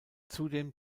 zudem